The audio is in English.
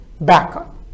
backup